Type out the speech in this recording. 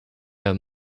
own